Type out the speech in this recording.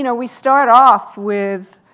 you know we start off with,